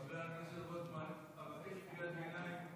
חבר הכנסת רוטמן, אבקש קריאת ביניים,